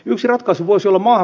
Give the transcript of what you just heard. yksi ratkaisu voisi olla maan